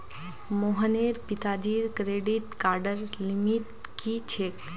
मोहनेर पिताजीर क्रेडिट कार्डर लिमिट की छेक